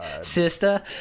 Sister